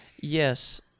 yes